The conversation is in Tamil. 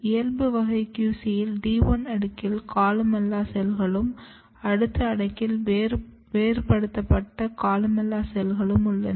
இயல்பு வகை QC யில் D1 அடுக்கில் கொலுமெல்லா செல்களும் அடுத்த அடுக்கில் வேறுபடுத்தப்பட்டு கொலுமெல்லா செல்களும் உள்ளன